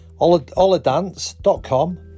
alladance.com